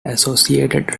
associated